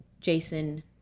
Jason